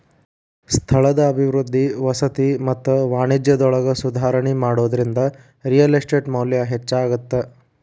ಸ್ಥಳದ ಅಭಿವೃದ್ಧಿ ವಸತಿ ಮತ್ತ ವಾಣಿಜ್ಯದೊಳಗ ಸುಧಾರಣಿ ಮಾಡೋದ್ರಿಂದ ರಿಯಲ್ ಎಸ್ಟೇಟ್ ಮೌಲ್ಯ ಹೆಚ್ಚಾಗತ್ತ